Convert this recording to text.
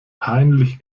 peinlich